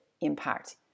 impact